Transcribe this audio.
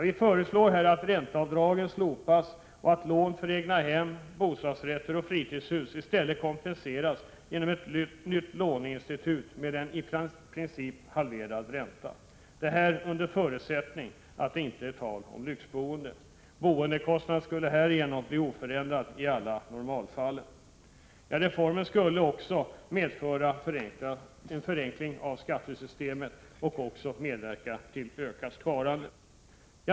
Vpk föreslår att ränteavdragen slopas och att lån för egna hem, bostadsrätter och fritidshus kompenseras genom ett nytt låneinstitut med en i princip halverad ränta — detta under förutsättning att det inte är tal om lyxboende. Boendekostnaden skulle härigenom bli oförändrad i alla normalfall. Reformen skulle också medföra en förenkling av skattesystemet och även medverka till ökat sparande.